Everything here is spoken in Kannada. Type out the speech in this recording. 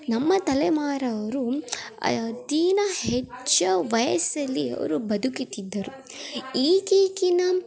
ನಮ್ಮ ತಲೆಮಾರವರು ಅತಿ ಹೆಚ್ಚು ವಯಸ್ಸಲ್ಲಿ ಅವರು ಬದುಕುತ್ತಿದ್ದರು ಈಗಿನ